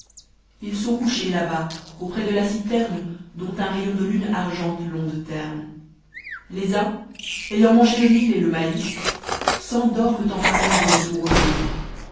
ils sont couchés là-bas auprès de la citerne dont un rayon de lune argente l'onde terne les uns ayant mangé le mil et le maïs s'endorment en parlant du retour au pays